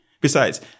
Besides